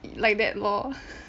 like that lor